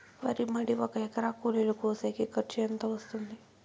వరి మడి ఒక ఎకరా కూలీలు కోసేకి ఖర్చు ఎంత వస్తుంది?